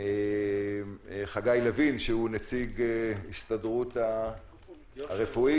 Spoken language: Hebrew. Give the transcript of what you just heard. חגי לוין, שהוא יושב-ראש ההסתדרות הרפואית.